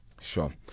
sure